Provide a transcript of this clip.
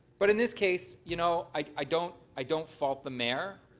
but in this case, you know, i don't i don't fault the mayor,